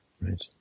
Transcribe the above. Right